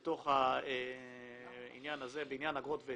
בתוך העניין הזה, בעניין אגרות והיטלים.